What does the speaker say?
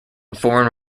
foreign